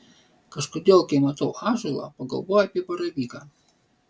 kažkodėl kai matau ąžuolą pagalvoju apie baravyką